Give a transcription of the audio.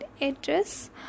address